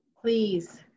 Please